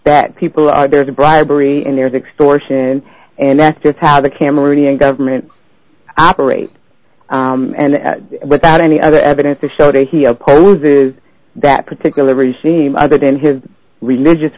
that people there's a bribery and there's extortion and that's just how the cameroonian government operates and without any other evidence to show that he opposes that particular regime other than his religious